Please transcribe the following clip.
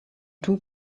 two